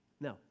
No